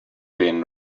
been